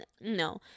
No